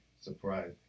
surprise